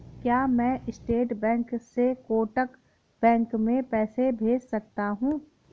क्या मैं State Bank से कोटक बैंक में पैसे भेज सकता हूँ?